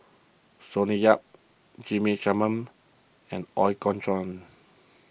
Sonny Yap G P Selvam and Ooi Kok Chuen